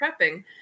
prepping